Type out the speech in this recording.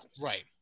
right